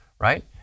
right